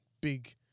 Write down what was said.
big